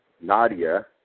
Nadia